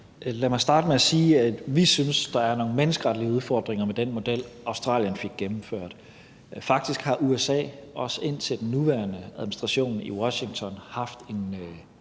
Lad mig starte med at sige, at vi synes, at der er nogle menneskeretlige udfordringer med den model, som Australien fik gennemført. Faktisk har USA også indtil den nuværende administration i Washington haft en